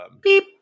beep